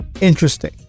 interesting